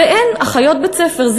ואין אחיות בית-ספר.